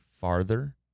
farther